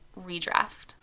redraft